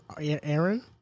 Aaron